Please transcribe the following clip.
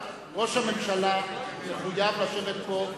ראש הממשלה מחויב לשבת פה,